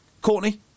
Courtney